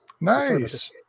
Nice